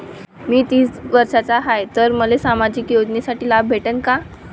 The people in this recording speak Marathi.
मी तीस वर्षाचा हाय तर मले सामाजिक योजनेचा लाभ भेटन का?